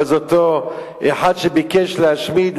אבל זה אותו אחד שביקש להשמיד,